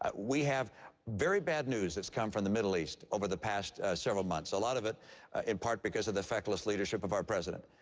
ah we have very bad news that's come from the middle east over the past several months, a lot of it in part because of the feckless leadership of our president.